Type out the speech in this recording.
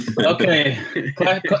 Okay